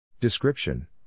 Description